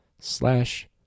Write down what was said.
slash